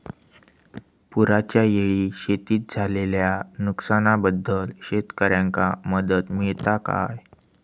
पुराच्यायेळी शेतीत झालेल्या नुकसनाबद्दल शेतकऱ्यांका मदत मिळता काय?